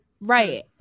right